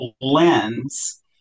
lens